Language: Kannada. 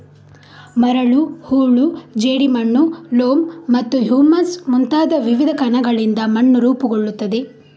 ಮರಳು, ಹೂಳು, ಜೇಡಿಮಣ್ಣು, ಲೋಮ್ ಮತ್ತು ಹ್ಯೂಮಸ್ ಮುಂತಾದ ವಿವಿಧ ಕಣಗಳಿಂದ ಮಣ್ಣು ರೂಪುಗೊಳ್ಳುತ್ತದೆ